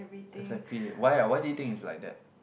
exactly why ah why do you think it's like that